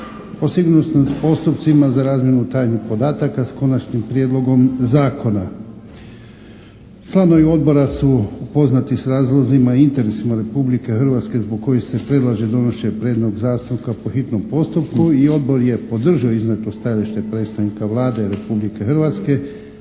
o sigurnosnim postupcima za razmjenu tajnih podataka s Konačnim prijedlogom zakona. Članovi odbora su upoznati s razlozima i interesima Republike Hrvatske zbog kojih se predlaže donošenje prijedloga zakona po hitnom postupku i odbor je podržao iznijeto stajalište predstavnika Vlade Republike Hrvatske,